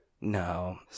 No